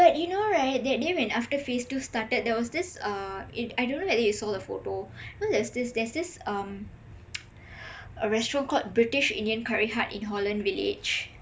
but you know right that day after when phase two started there was this uh I don't know whether you saw the photo cause there's this there's this um a restaurant called british indian curry hut in holland village